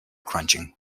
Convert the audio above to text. crunching